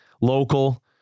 local